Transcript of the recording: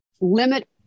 limit